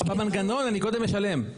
במנגנון אני קודם כל משלם,